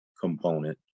component